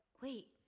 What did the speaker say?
wait